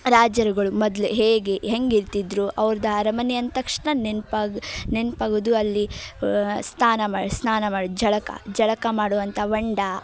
ರಾಜರು ಮೊದಲು ಹೇಗೆ ಹೆಂಗೆ ಇರ್ತಿದ್ದರು ಅವ್ರ್ದು ಅರಮನೆ ಅಂದ ತಕ್ಷಣ ನೆನ್ಪಾಗ್ ನೆನ್ಪಾಗೊದು ಅಲ್ಲಿ ಸ್ನಾನ ಮಾಡಿ ಸ್ನಾನ ಮಾಡಿದ ಜಳಕ ಜಳಕ ಮಾಡುವಂಥ ಹೊಂಡ